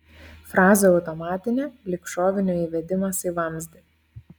frazė automatinė lyg šovinio įvedimas į vamzdį